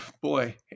boy